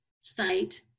site